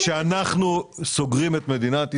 כשאנחנו סוגרים על כיתות במדינת ישראל,